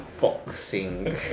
boxing